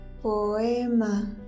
Poema